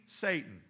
Satan